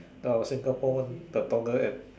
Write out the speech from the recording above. our Singapore one the Toggle App